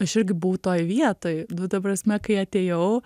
aš irgi buvau toj vietoj nu ta prasme kai atėjau